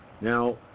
Now